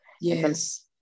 Yes